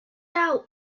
out